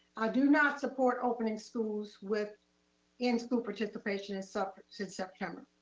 i do not support opening schools with in-school participation has suffered since september.